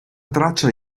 traccia